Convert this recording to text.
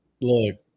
Look